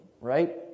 right